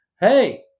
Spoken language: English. hey